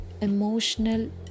emotional